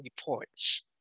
reports